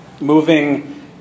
moving